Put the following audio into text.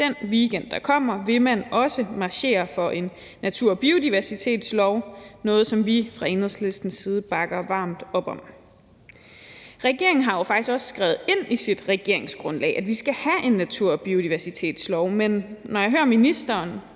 den weekend, der kommer, vil man også marchere for en natur- og biodiversitetslov, noget, som vi fra Enhedslistens side bakker varmt op om. Regeringen har jo faktisk også skrevet ind i sit regeringsgrundlag, at vi skal have en natur- og biodiversitetslov, men når jeg hører ministeren